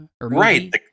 Right